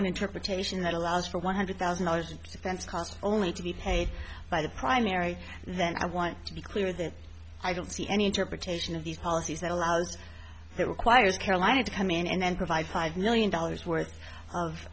interpretation that allows for one hundred thousand dollars spent cost only to be paid by the primary then i want to be clear that i don't see any interpretation of these policies that allows it requires carolina to come in and then provide five million dollars worth of